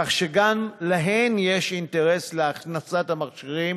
כך שגם להן יש אינטרס להכנסת מכשירים